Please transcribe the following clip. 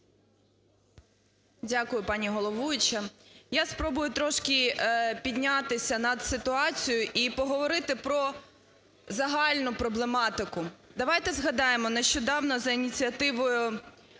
Дякую, пані головуюча. Я спробую трошки піднятися над ситуацією і поговорити про загальну проблематику, давайте згадаємо, нещодавно, за ініціативою